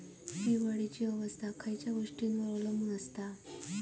पीक वाढीची अवस्था खयच्या गोष्टींवर अवलंबून असता?